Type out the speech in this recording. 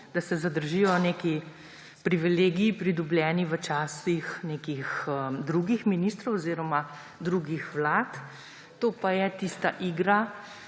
da se zadržijo neki privilegiji, pridobljeni v časih nekih drugih ministrov oziroma drugih vlad. To pa je tista igra,